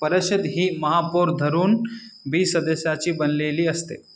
परिषद ही महापौर धरून बीस सदस्याची बनलेली असते